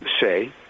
say